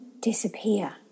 disappear